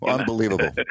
Unbelievable